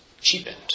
cheapened